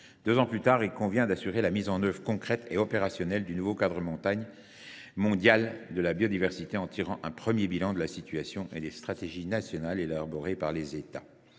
Deux ans plus tard, il convient d’assurer la mise en œuvre concrète et opérationnelle du nouveau cadre mondial de la biodiversité, en tirant un premier bilan de la situation et des stratégies nationales élaborées par les États.